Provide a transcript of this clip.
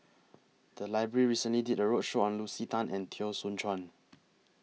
The Library recently did A roadshow on Lucy Tan and Teo Soon Chuan